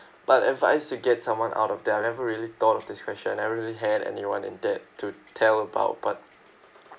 what advice to get someone out of debt I never really thought of this question I never really had anyone in debt to tell about but